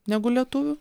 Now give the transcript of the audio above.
negu lietuvių